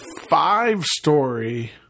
five-story